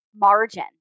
margin